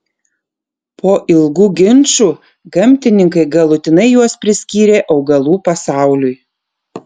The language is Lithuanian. po ilgų ginčų gamtininkai galutinai juos priskyrė augalų pasauliui